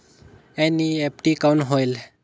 NEFT कौन होएल?